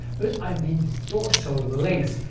but i mean the torso length.